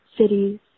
cities